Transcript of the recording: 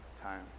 time